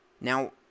Now